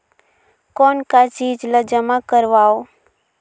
कौन का चीज ला जमा करवाओ?